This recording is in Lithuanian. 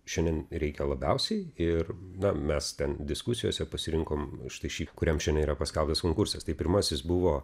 šiandien reikia labiausiai ir na mes ten diskusijose pasirinkom štai šį kuriam šiandien yra paskelbtas konkursas tai pirmasis buvo